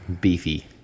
Beefy